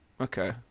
okay